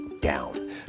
down